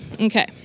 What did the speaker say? Okay